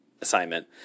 assignment